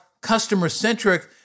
customer-centric